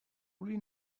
really